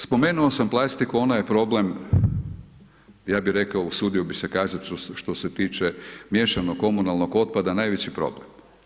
Spomenuo sam plastiku ona je problem, ja bih rekao usudio bi se kazati, što se tiče miješanog komunalnog otpada, najveći problem.